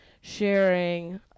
sharing